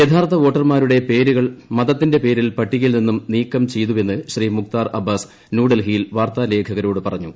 യഥാർത്ഥ വോട്ടർമാരുടെ പേരുകൾ മതത്തിന്റെ പേരിൽ പട്ടികയിൽ നിന്നും നീക്കം ചെയ്തുവെന്ന് ശ്രീ മുക്താർ അബ്ബാസ് ന്യൂഡൽഹിയിൽ വാർത്താലേഖകരോട് പറഞ്ഞു